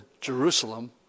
Jerusalem